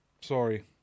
sorry